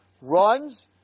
runs